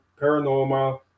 paranormal